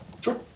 Sure